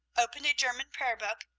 opened a german prayer-book,